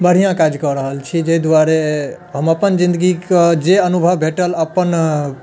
बढ़िआँ काज कऽ रहल छी जाहि दुआरे हम अपन जिन्दगी कऽ जे अनुभव भेटल अपन